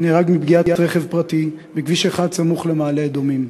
נהרג מפגיעת רכב פרטי בכביש 1 סמוך למעלה-אדומים.